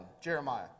Jeremiah